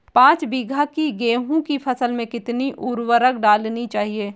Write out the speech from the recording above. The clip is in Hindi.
पाँच बीघा की गेहूँ की फसल में कितनी उर्वरक डालनी चाहिए?